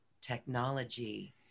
technology